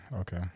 Okay